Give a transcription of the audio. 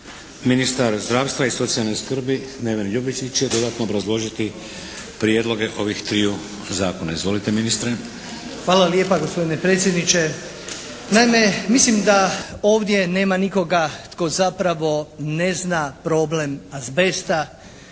Ministar zdravstva i socijalne skrbi Neven Ljubičić će dodatno obrazložiti prijedloge ovih triju zakona. Izvolite ministre. **Ljubičić, Neven (HDZ)** Hvala lijepa gospodine predsjedniče. Naime, mislim da ovdje nema nikoga tko zapravo ne zna problem azbesta,